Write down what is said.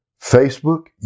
Facebook